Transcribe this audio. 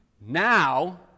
Now